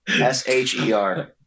S-H-E-R